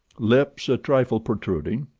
lips a trifle protruding,